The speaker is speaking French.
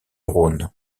rhône